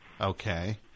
Okay